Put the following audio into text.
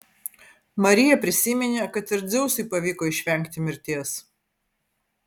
marija prisiminė kad ir dzeusui pavyko išvengti mirties